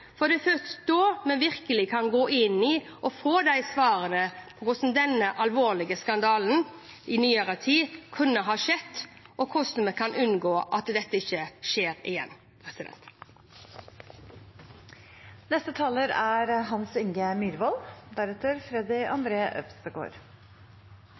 for det er først da vi virkelig kan gå inn i saken og få svarene på hvordan denne alvorlige skandalen fra nyere tid kunne skje, og hvordan vi kan unngå at dette skjer igjen. Saka som er